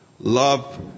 Love